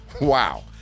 Wow